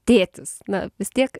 tėtis na vis tiek